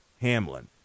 Hamlin